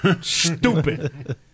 Stupid